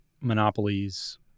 monopolies